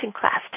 class